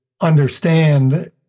understand